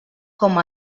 com